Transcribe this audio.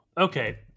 Okay